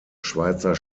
schweizer